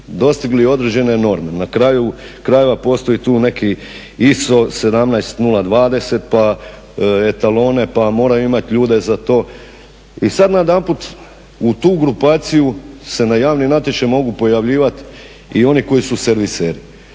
dostigli određene norme. Na kraju krajeva postoji tu neki ISO 17020 pa etalone, pa moraju imati ljude za to. I sada najedanput u tu grupaciju se na javni natječaj mogu pojavljivati i oni koji su serviseri.